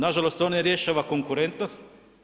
Nažalost to ne rješava konkurentnost.